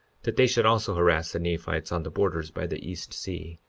that they should also harass the nephites on the borders by the east sea,